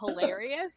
hilarious